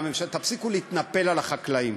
מהממשלה: תפסיקו להתנפל על החקלאים.